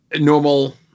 normal